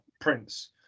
Prince